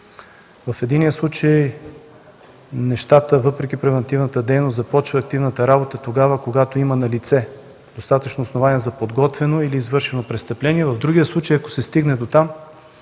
В единия случай, въпреки превантивната дейност, активната работа започва тогава, когато има налице достатъчно основания за подготвено или извършено престъпление; в другия случай, ако се стигне дотам,